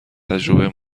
تجربه